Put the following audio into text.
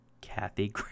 kathy